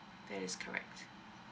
that is correct